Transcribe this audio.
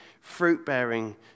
fruit-bearing